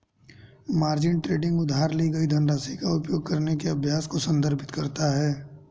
margin trading उधार ली गई धनराशि का उपयोग करने के अभ्यास को संदर्भित करता है